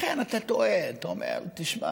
לכן אתה תוהה, אתה אומר: תשמע,